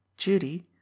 judy